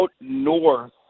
north